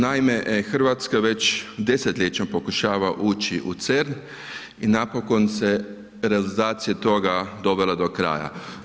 Naime, RH već desetljećem pokušava ući u CERN i napokon se realizacija toga dovela do kraja.